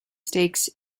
stakes